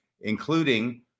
including